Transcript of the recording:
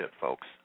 folks